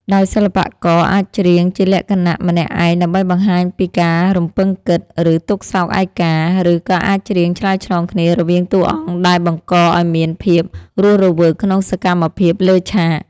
ដោយសិល្បករអាចច្រៀងជាលក្ខណៈម្នាក់ឯងដើម្បីបង្ហាញពីការរំពឹងគិត ឬទុក្ខសោកឯកា ឬក៏អាចច្រៀងឆ្លើយឆ្លងគ្នារវាងតួអង្គដែលបង្កឱ្យមានភាពរស់រវើកក្នុងសកម្មភាពលើឆាក។